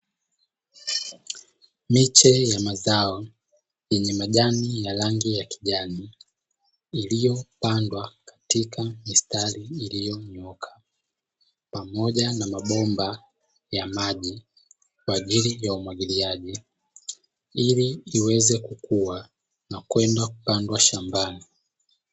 Miche ya mazao yenye majani ya rangi ya kijani iliyopandwa katika mistari iliyonyooka, pamoja na mabomba ya maji kwa ajili ya umwagiliaji ili iweze kukua na kwenda kupandwa shambani.